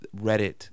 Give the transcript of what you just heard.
Reddit